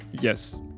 Yes